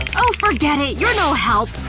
oh, forget it. you're no help